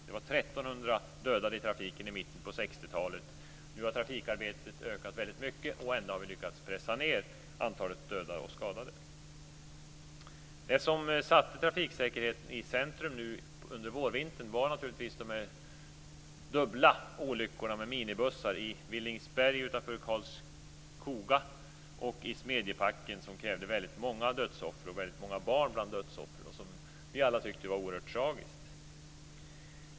Nu har trafiken ökat väldigt mycket, ändå har vi lyckats pressa ned antalet dödade och skadade. Det som satte trafiksäkerheten i centrum under vårvintern var naturligtvis de dubbla olyckorna med minibussar, i Villingsberg utanför Karlskoga och i Smedjebacken, som krävde väldigt många dödsoffer och där det var väldigt många barn bland dödsoffren. Vi tyckte alla att det var oerhört tragiskt.